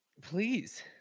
Please